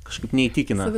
kažkaip neįtikina